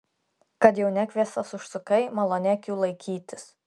kad jau nekviestas užsukai malonėk jų laikytis